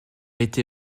été